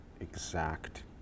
exact